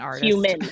human